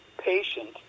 patient